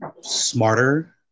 smarter